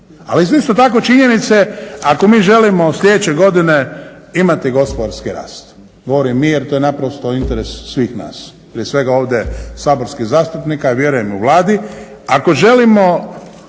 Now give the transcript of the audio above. Ali isto su tako činjenice ako mi želimo sljedeće godine imati gospodarski rast, govorim mi jer to je naprosto interes svih nas, prije svega ovdje saborskih zastupnika i vjerujem u Vladi, ako želimo